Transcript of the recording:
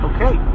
Okay